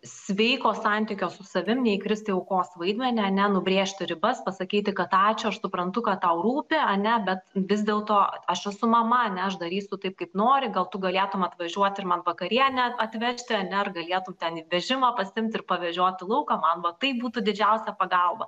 sveiko santykio su savim neįkristi į aukos vaidmenį ane nubrėžtų ribas pasakyti kad ačiū aš suprantu kad tau rūpi ane bet vis dėlto aš esu mama ane aš darysiu taip kaip nori gal tu galėtum atvažiuoti ir man vakarienę atvežti ane ar galėtum ten į vežimą pasiimti ir pavežiot į lauką man va taip būtų didžiausia pagalba